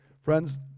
Friends